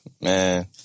Man